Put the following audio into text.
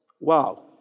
Wow